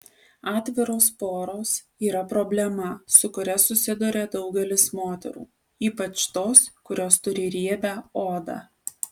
atviros poros yra problema su kuria susiduria daugelis moterų ypač tos kurios turi riebią odą